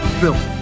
film